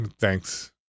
thanks